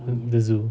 uh the zoo